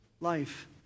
life